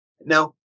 Now